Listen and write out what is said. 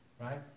right